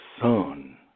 son